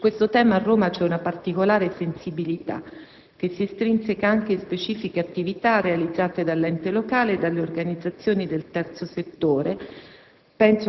Su questo tema a Roma c'è una particolare sensibilità, che si estrinseca anche in specifiche attività realizzate dall'ente locale e dalle organizzazioni del terzo settore;